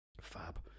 Fab